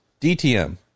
DTM